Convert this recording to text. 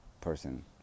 person